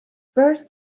first